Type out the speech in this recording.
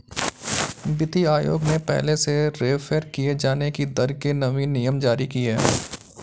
वित्तीय आयोग ने पहले से रेफेर किये जाने की दर के नवीन नियम जारी किए